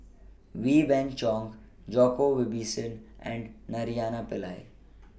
Wee Beng Chong Djoko Wibisono and Naraina Pillai